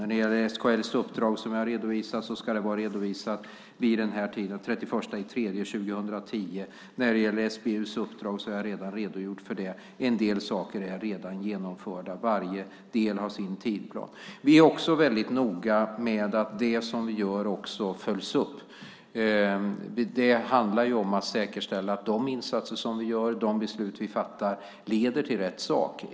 När det gäller SKL:s uppdrag, som jag har redovisat, ska det vara redovisat den 31 mars 2010. När det gäller SBU:s uppdrag har jag redan redogjort för det. En del saker är redan genomförda. Varje del har sin tidsplan. Vi är också väldigt noga med att det som vi gör följs upp. Det handlar ju om att säkerställa att de insatser som vi gör och de beslut som vi fattar leder till rätt sak.